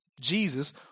Jesus